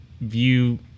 view